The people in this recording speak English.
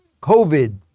COVID